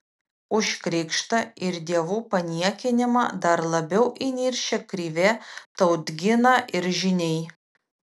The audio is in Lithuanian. už krikštą ir dievų paniekinimą dar labiau įniršę krivė tautgina ir žyniai